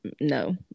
no